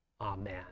Amen